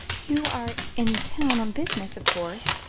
you are in town on business, of course,